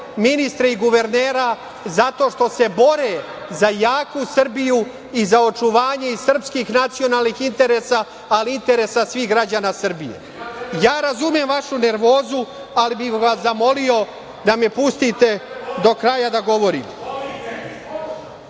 ministre i guvernera zato što se bore za jaku Srbiju i za očuvanje srpskih nacionalnih interesa, ali i interesa svih građana Srbije. Razumem vašu nervozu, ali bih vas zamolio da me pustite do kraja da govorim. Što